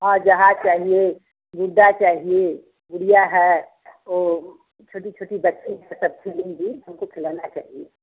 हाँ जहाज़ चाहिए गिद्दा चाहिए गुड़िया है ओ छोटी छोटी बच्ची हैं सबके लिए भी हमको खिलौना चाहिए